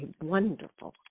wonderful